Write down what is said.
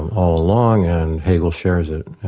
all along and hegel shares it,